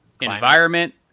environment